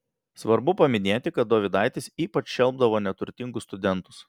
svarbu paminėti kad dovydaitis ypač šelpdavo neturtingus studentus